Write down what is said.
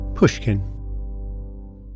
pushkin